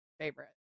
favorite